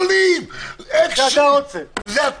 אתה רוצה מנעולים גדולים.